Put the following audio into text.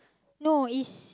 no is